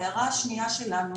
ההערה השנייה שלנו